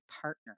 partner